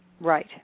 Right